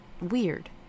weird